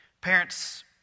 Parents